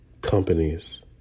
companies